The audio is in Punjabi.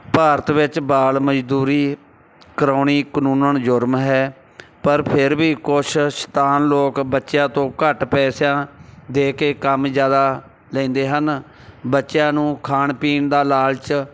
ਭਾਰਤ ਵਿੱਚ ਬਾਲ ਮਜ਼ਦੂਰੀ ਕਰਾਉਣੀ ਕਾਨੂੰਨ ਜੁਰਮ ਹੈ ਪਰ ਫਿਰ ਵੀ ਕੁਛ ਸ਼ੈਤਾਨ ਲੋਕ ਬੱਚਿਆਂ ਤੋਂ ਘੱਟ ਪੈਸਿਆਂ ਦੇ ਕੇ ਕੰਮ ਜ਼ਿਆਦਾ ਲੈਂਦੇ ਹਨ ਬੱਚਿਆਂ ਨੂੰ ਖਾਣ ਪੀਣ ਦਾ ਲਾਲਚ